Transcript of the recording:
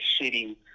shitty